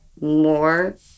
more